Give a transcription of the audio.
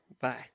Bye